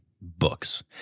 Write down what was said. books